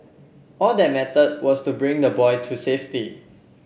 all that mattered was to bring the boy to safety